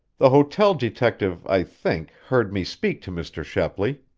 the hotel detective, i think, heard me speak to mr. shepley.